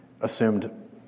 assumed